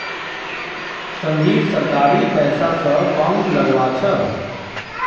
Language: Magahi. संजीव सरकारी पैसा स पंप लगवा छ